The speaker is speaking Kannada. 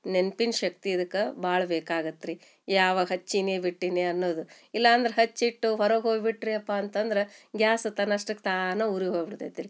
ನೆನ್ಪಿನ ಶಕ್ತಿ ಇದಕ್ಕೆ ಭಾಳ ಬೇಕಾಗತ್ತೆ ರೀ ಯಾವಾಗ ಹಚ್ಚೀನಿ ಬಿಟ್ಟೀನಿ ಅನ್ನೋದು ಇಲ್ಲ ಅಂದ್ರೆ ಹಚ್ಚಿಟ್ಟು ಹೊರಗೆ ಹೋಗಿಬಿಟ್ರಿಯಪ್ಪ ಅಂತಂದ್ರೆ ಗ್ಯಾಸು ತನ್ನಷ್ಟಕ್ಕೆ ತಾನೇ ಉರಿ ಹೋಗ್ಬಿಡ್ತೈತೆ ರೀ